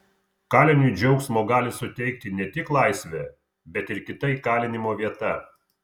kaliniui džiaugsmo gali suteikti ne tik laisvė bet ir kita įkalinimo vieta